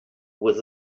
with